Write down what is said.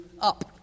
up